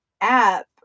app